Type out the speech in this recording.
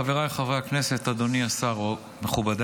של חבר הכנסת צביקה